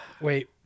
Wait